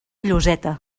lloseta